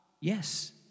Yes